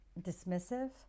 Dismissive